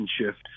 shift